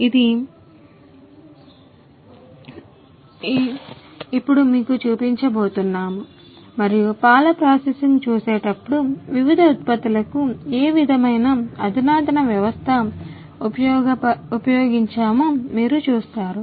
ఇది ఎలా జరుగుతుంది ఇప్పుడు మీకు చూపించబోతున్నాము మరియు పాలు ప్రాసెసింగ్ చూసేటప్పుడు వివిధ ఉత్పత్తులకు ఏ విధమైన అధునాతన వ్యవస్థ ఉపయోగించామొ మీరు చూస్తారు